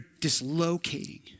dislocating